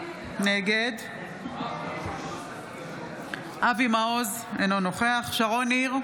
נגד אבי מעוז, אינו נוכח שרון ניר,